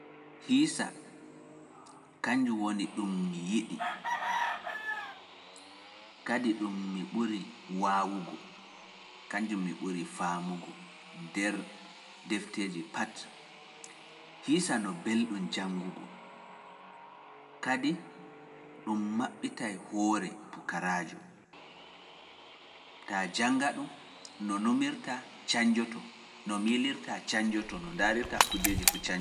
Hiisa, kanjum woni ɗum mi yiɗi, kadi ɗum mi ɓuri waawugo, kanjum mi ɓuri faamugo nder defteeji pat, hiisa no belɗum. dun maɓɓitay hoore pukaraajo. Ta jannga ɗum no numirta cañnjoto, no miilirta cañnjoto, no ndaarirta kujeeji fuu cañnjoto.